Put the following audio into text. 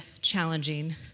challenging